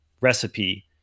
recipe